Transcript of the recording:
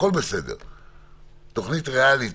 תוכנית ריאלית,